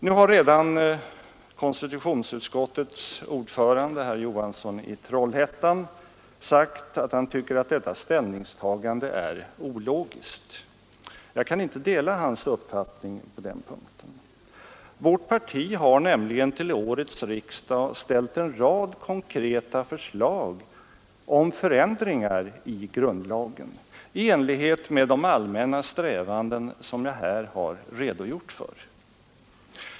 Nu har konstitutionsutskottets ordförande herr Johansson i Trollhättan sagt att han tycker att detta ställningstagande är ologiskt. Jag kan inte dela hans uppfattning på den punkten. Vårt parti har till årets riksdag ställt en rad konkreta förslag om förändringar i grundlagen i enlighet med de allmänna strävanden som jag här har redogjort för.